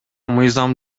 мыйзам